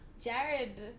Jared